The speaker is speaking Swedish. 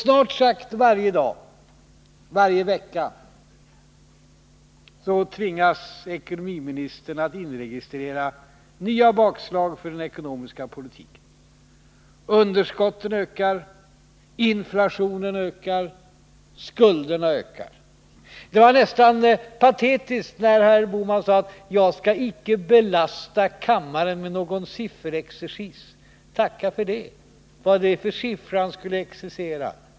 Snart sagt varje vecka tvingas ekonomiministern att inregistrera nya bakslag för den ekonomiska politiken. Underskotten ökar, inflationen ökar, skulderna ökar. Det var nästan patetiskt när herr Bohman sade: Jag skall icke belasta kammaren med någon sifferexercis. Tacka för det! Vad är det för siffror han skulle exercera?